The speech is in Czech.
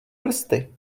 prsty